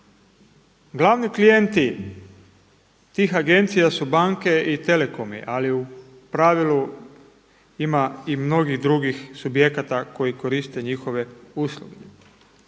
Glavni klijenti tih agencija su banke i telekomi, ali u pravilu ima i mnogih drugih subjekata koji koriste njihove usluge.